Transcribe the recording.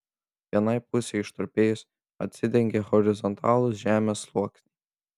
vienai pusei ištrupėjus atsidengė horizontalūs žemės sluoksniai